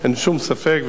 אין שום ספק,